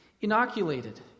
Inoculated